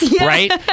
right